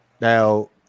Now